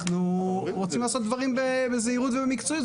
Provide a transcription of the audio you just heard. אנחנו רוצים לעשות דברים בזהירות ובמקצועיות.